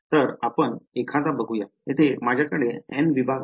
तर आपण एकदा बघूया येथे माझ्याकडे n विभाग आहेत